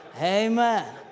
Amen